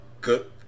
good